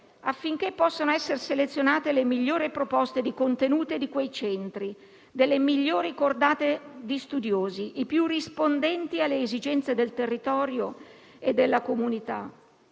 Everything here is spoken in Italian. affinché possano essere selezionate le migliori proposte di contenuti di quei centri, dalle migliori cordate di studiosi, i più rispondenti alle esigenze del territorio e della comunità.